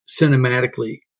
cinematically